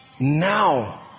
Now